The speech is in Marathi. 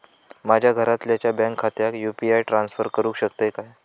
माझ्या घरातल्याच्या बँक खात्यात यू.पी.आय ट्रान्स्फर करुक शकतय काय?